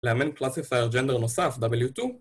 לאמן קלאסיפייר ג'נדר נוסף w2